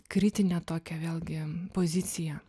kritinę tokią vėlgi poziciją